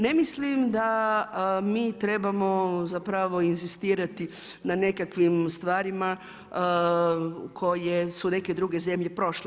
Ne mislim da mi trebamo zapravo inzistirati na nekakvim stvarima koje su neke druge zemlje prošle.